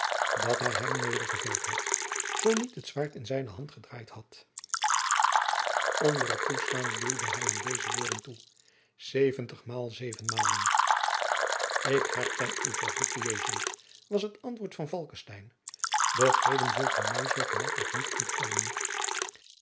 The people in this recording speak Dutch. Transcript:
dat hij hem nedergeveld had zoo niet het zwaard in zijne hand gedraaid had jacob van lennep de pleegzoon onder het toeslaan duwde hij hem deze woorden toe zeventig maal zeven malen k herken u vervloekte jesuit was het antwoord van falckestein doch heden zult gij mij zoo gemakkelijk niet ontkomen